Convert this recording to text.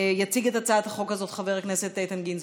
יציג את הצעת החוק הזאת חבר הכנסת איתן גינזבורג,